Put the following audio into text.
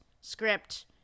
script